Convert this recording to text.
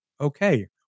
okay